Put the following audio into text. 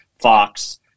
Fox